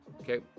Okay